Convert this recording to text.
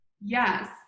Yes